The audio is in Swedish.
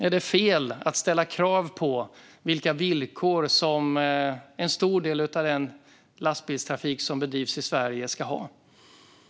Är det fel att ställa krav på vilka villkor som en stor del av den lastbilstrafik som bedrivs i Sverige ska ha? Det är mina frågor.